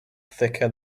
thicker